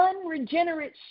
unregenerate